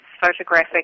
photographic